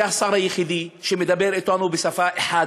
זה השר היחידי שמדבר אתנו בשפה אחת,